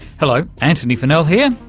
hello, antony funnell here,